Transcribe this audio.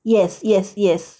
yes yes yes